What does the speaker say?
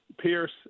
Pierce